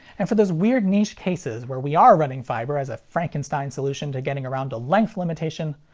and for those weird niche cases where we are running fiber as a frankenstein solution to getting around a length limitation,